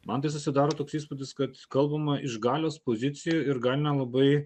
man tai susidaro toks įspūdis kad kalbama iš galios pozicijų ir gal nelabai